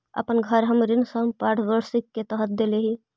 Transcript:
अपन घर हम ऋण संपार्श्विक के तरह देले ही